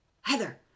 Heather